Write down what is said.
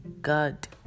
God